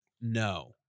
No